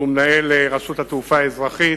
שהוא מנהל רשות התעופה האזרחית.